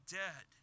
dead